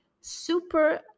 super